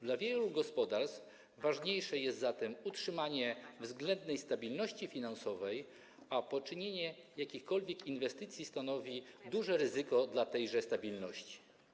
Dla wielu gospodarstw ważniejsze jest zatem utrzymanie względnej stabilności finansowej, a poczynienie jakichkolwiek inwestycji stanowi duże ryzyko dla tejże stabilności.